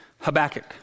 Habakkuk